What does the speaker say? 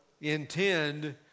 intend